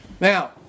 Now